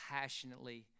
passionately